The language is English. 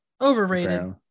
overrated